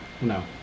no